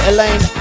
Elaine